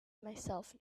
myself